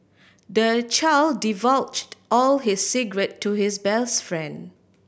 the child divulged all his secret to his best friend